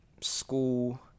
school